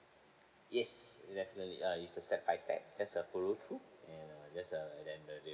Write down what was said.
yes definitely uh it's a step by step just uh follow through and uh just uh then there